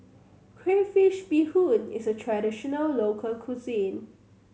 crayfish beehoon is a traditional local cuisine